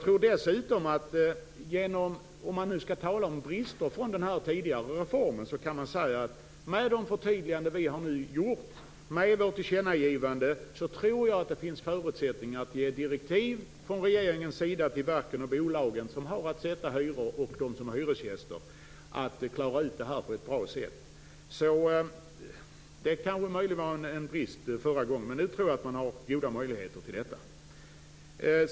Om man nu skall tala om brister i den tidigare modellen tror jag att det nu med de förtydliganden och tillkännagivanden som har gjorts tror jag att det finns förutsättningar för regeringen att ge direktiv till de verk och bolag som har att fastställa hyror och som är hyresgäster. De kan säkert klara ut detta på ett bra sätt. Det fanns kanske brister förra gången, men nu tror jag att man har rättat till dem.